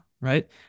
right